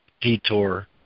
detour